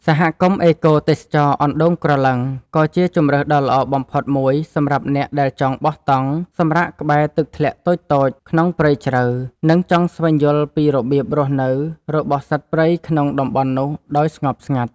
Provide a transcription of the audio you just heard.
សហគមន៍អេកូទេសចរណ៍អណ្តូងក្រឡឹង ក៏ជាជម្រើសដ៏ល្អបំផុតមួយសម្រាប់អ្នកដែលចង់បោះតង់សម្រាកក្បែរទឹកធ្លាក់តូចៗក្នុងព្រៃជ្រៅ និង ចង់ស្វែងយល់ពីរបៀបរស់នៅរបស់សត្វព្រៃក្នុងតំបន់នោះដោយស្ងប់ស្ងាត់។